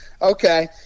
Okay